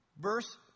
Verse